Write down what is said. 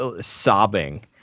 sobbing